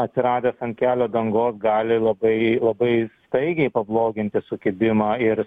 atsiradęs ant kelio dangos gali labai labai staigiai pabloginti sukibimą ir